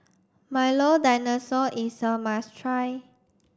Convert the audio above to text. Milo Dinosaur is a must try